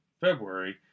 February